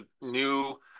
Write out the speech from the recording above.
new